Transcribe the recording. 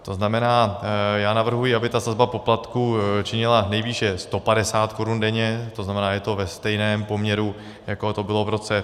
To znamená, navrhuji, aby sazba poplatků činila nejvýše 150 korun denně, to znamená, je to ve stejném poměru, jako to bylo v roce 1990.